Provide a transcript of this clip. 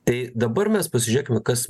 tai dabar mes pasižiūrėkime kas